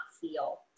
feel